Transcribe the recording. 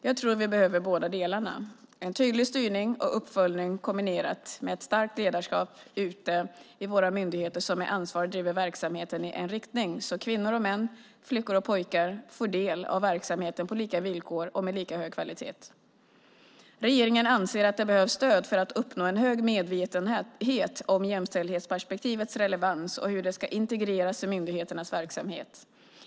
Jag tror att vi behöver båda delarna, en tydlig styrning och uppföljning kombinerat med ett starkt ledarskap ute i våra myndigheter som med ansvar driver verksamheten i en riktning så att kvinnor och män, flickor och pojkar får del av verksamheten på lika villkor och med lika hög kvalitet. Regeringen anser att det behövs stöd för att uppnå en hög medvetenhet om jämställdhetsperspektivets relevans och hur det ska integreras i myndigheternas verksamhet.